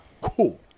cool